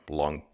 long